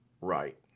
right